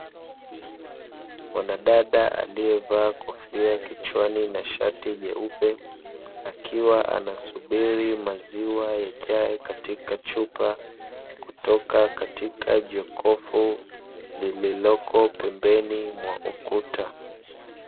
Mwanadada aliyevaa kofia kichwani na shati jeupe, akiwa anasubiri maziwa yajae katika chupa, kutoka katika jokofu lililoko pembeni mwa ukuta.